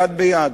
יד ביד.